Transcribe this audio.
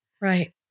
Right